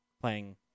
playing